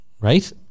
right